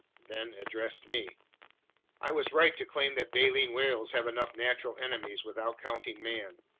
then addressed me i was right to claim that baleen whales have enough natural enemies without counting man.